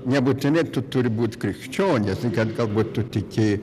nebūtinai tu turi būt krikščionė tai kad galbūt tu tiki